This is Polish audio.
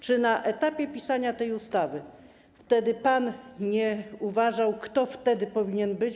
Czy na etapie pisania tej ustawy pan nie uważał, kto wtedy powinien być?